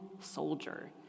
soldier